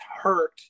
hurt